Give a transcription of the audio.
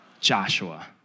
Joshua